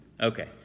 Okay